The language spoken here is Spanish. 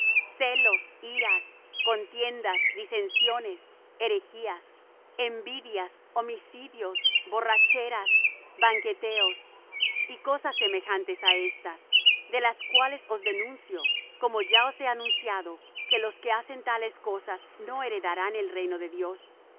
pleitos celos iras contiendas disensiones herejías envidias homicidios borracheras banqueteos y cosas semejantes á éstas de las cuales os denuncio como ya os he anunciado que los que hacen tales cosas no heredarán el reino de dios